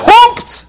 Pumped